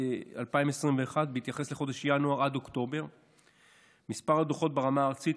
מינואר עד אוקטובר 2021 מספר הדוחות ברמה הארצית,